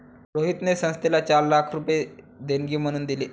रोहितने संस्थेला चार लाख रुपये देणगी म्हणून दिले